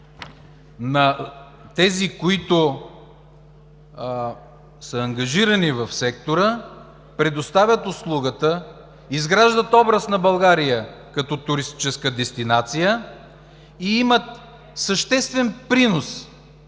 тези, които са ангажирани в сектора, предоставят услугата, изграждат образа на България като туристическа дестинация и имат съществен принос